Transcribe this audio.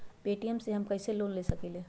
Paytm से हम कईसे लोन ले सकीले?